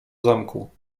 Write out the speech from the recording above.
zamku